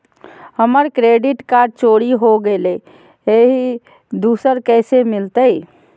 हमर credit card चोरी हो गेलय हई, दुसर कैसे मिलतई?